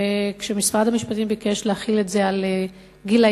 ומשרד המשפטים ביקש להחיל את זה על גילאים